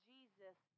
Jesus